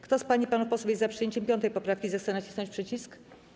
Kto z pań i panów posłów jest za przyjęciem 5. poprawki, zechce nacisnąć przycisk.